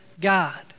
God